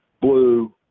blue